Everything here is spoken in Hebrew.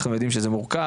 אנחנו יודעים שזה מורכב,